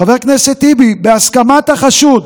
חבר הכנסת טיבי, בהסכמת החשוד